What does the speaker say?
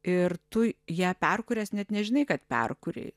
ir tu ją perkūręs net nežinai kad perkūrei